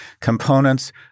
components